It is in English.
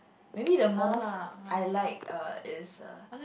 maybe the most I like err is a